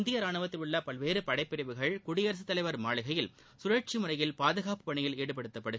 இந்திய ராணுவத்தில் உள்ள பல்வேறு படைப்பிரிவுகள் குடியரசுத் தலைவர் மாளிகையில் சுழற்சி முறையில் பாதுகாப்பு பணியில் ஈடுபடுத்தப்படும்